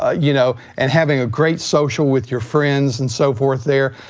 ah you know and having a great social with your friends and so forth there.